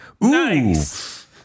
Nice